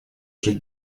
жить